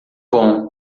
bom